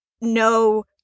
no